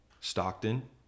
Stockton